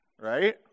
right